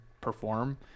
perform